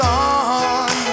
on